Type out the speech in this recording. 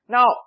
Now